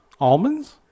almonds